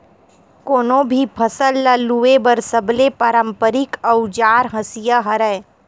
कोनो भी फसल ल लूए बर सबले पारंपरिक अउजार हसिया हरय